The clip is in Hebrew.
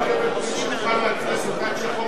האם תהיה מוכן לעכב את פרישתך מהכנסת עד שהחוק הזה יעבור?